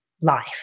life